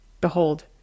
Behold